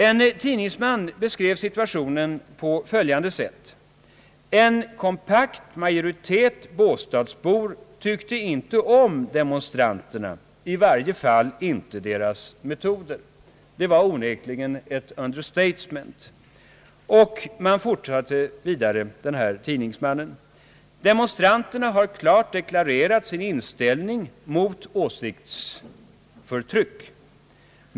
En tidningsman beskrev situationen på följande sätt: »En kompakt majoritet båstadsbor tyckte inte om demonstranterna, i varje fall inte deras metoder.» Det var onekligen ett understatement. »Demonstranterna har klart deklarerat sin inställning mot åsiktsförtryck», fortsatte tidningsmannen.